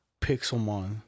Pixelmon